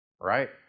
right